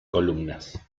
columnas